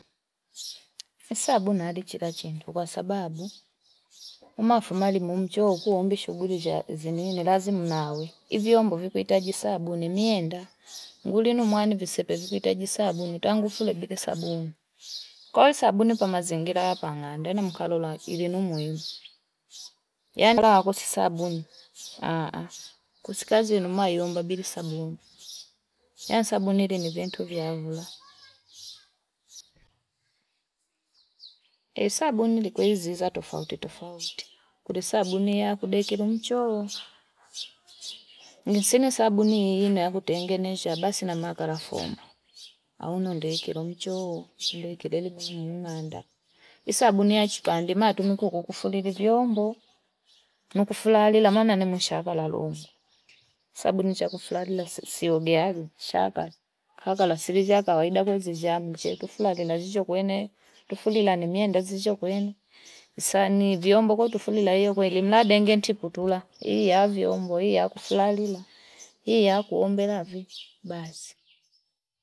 Fisabuni alichila chindu kwa sababu umafumali umnjooko uombi shughuli za zenen lazima unawe, ivyombo kuihitaji saabuni mienda nguli mwanu visepe vikuitaji sabuni tangu fule bila sabuni kwahiyo saabuni kwa mazingira apa ang'ande nena mkalola ilunumuimu yan anakosi saabuni kusi kazi mayombe bili saabuni, yan sabuni ilintu vya uvule, eh sabuni ikwezi za tofauti tofauti kuli sabuni ya kudekile choo, kunisabuni iliyekutengeneza basi nama karama foma au nandeke neicho kuleke mulimung'anda ni sabuni ya chipakande ya tumika kufulili viombo na kufulalila maana nimushakala lalumba sabuni chakufulali la siogeagi shaka, sili ya kawaida kwada zezisia chetu flani nazicho kwene tufululilani miende ziso kwenu na sa viombo kwetu fulila iyo kweli imladi engemtipu tula iyaavyombo ii ya kufulalila ii yakulombela basi.